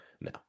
No